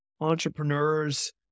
entrepreneurs